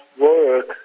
work